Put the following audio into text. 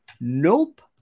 nope